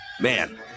Man